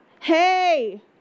hey